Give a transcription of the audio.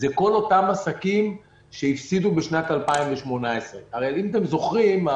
כל אותם עסקים שהפסידו בשנת 2018. אם אתם זוכרים,